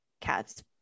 cat's